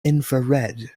infrared